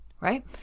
Right